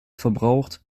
verbraucht